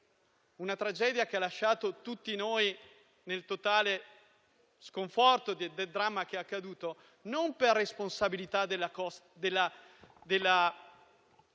una tragedia che ha lasciato tutti noi nel totale sconforto, per il dramma accaduto non per responsabilità della